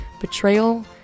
betrayal